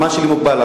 הזמן שלי מוגבל,